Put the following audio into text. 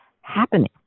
happening